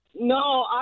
No